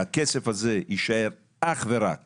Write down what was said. שהכסף הזה יישאר אך ורק